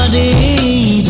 a